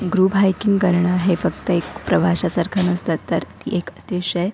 group hiking करणं हे फक्त एक प्रवाशासारखं नसतात तर ती एक अतिशय